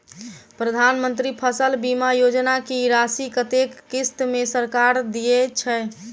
प्रधानमंत्री फसल बीमा योजना की राशि कत्ते किस्त मे सरकार देय छै?